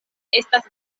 estas